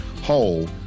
Whole